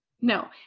No